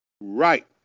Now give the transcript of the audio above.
Right